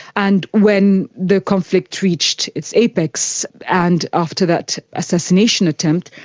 and when the conflict reached its apex and after that assassination attempt,